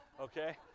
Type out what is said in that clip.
Okay